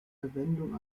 verwendung